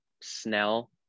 Snell